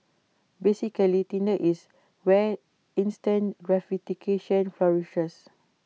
basically Tinder is where instant gratification flourishes